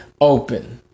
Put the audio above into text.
open